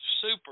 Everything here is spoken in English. super